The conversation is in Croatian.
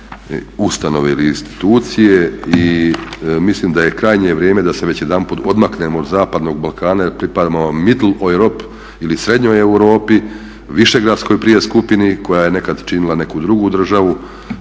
ustanove ili institucije. I mislim da je krajnje vrijeme da se već jedanput odmaknemo od zapadnog balkana jer pripadamo middle Europe ili srednjoj Europi, višegradskoj prije skupini koja je nekad činila neku drugu državu